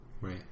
Right